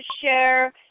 share